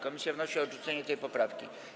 Komisja wnosi o odrzucenie tej poprawki.